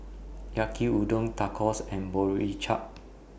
Yaki Udon Tacos and Boribap